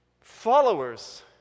followers